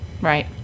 right